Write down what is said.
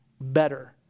better